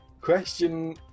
Question